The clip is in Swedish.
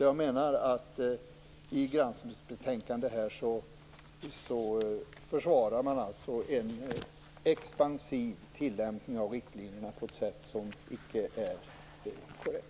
Jag menar att man i granskningsbetänkandet försvarar en expansiv tillämpning av riktlinjerna på ett sätt som icke är korrekt.